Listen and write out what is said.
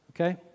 Okay